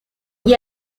gli